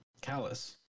callous